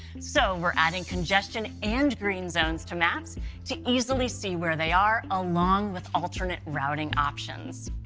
so we're adding congestion and green zones to maps to easily see where they are along with alternate routing options.